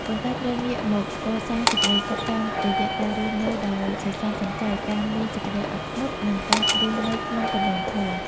ប៉ុន្តែត្រូវងាកមកសាងសេចក្ដីសុខតាមរយៈការរស់នៅដោយសន្សំសំចៃ ការមានសេចក្ដីអត់ធ្មត់ និងការរស់នៅក្នុងគន្លងធម៌។